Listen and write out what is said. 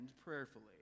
prayerfully